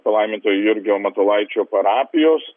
palaimintojo jurgio matulaičio parapijos